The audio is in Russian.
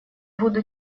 буду